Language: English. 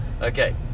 Okay